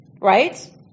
right